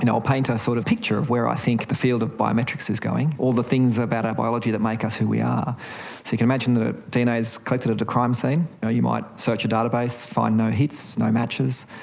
and i'll paint a sort of picture of where i think the field of biometrics is going, all the things about our biology that make us who we are. so you can imagine that dna is collected at a crime scene, you might search a database, find no hits, no matches,